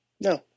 No